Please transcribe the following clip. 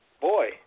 boy